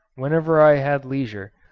whenever i had leisure,